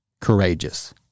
courageous